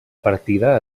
partida